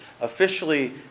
officially